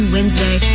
Wednesday